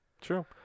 True